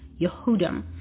Yehudim